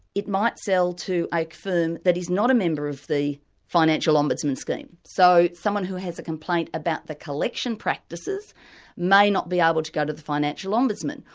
it might sell to a like firm that is not a member of the financial ombudsman scheme. so someone who has a complaint about the collection practices may not be able to go to the financial ombudsman,